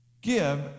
Give